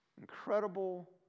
Incredible